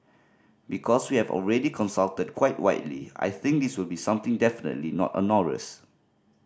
because we have already consulted quite widely I think this will be something definitely not onerous